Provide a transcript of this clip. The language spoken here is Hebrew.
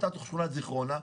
באותה שכונת זכרונה,